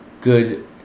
good